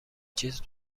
چیز